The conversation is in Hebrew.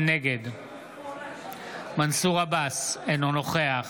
נגד מנסור עבאס, אינו נוכח